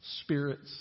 spirits